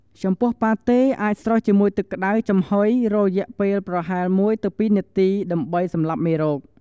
ចំពោះប៉ាតេ អាចស្រុះជាមួយទឹកក្ដៅចំហុយរយៈពេលប្រហែល ១–២ នាទី ដើម្បីសម្លាប់មេរោគ។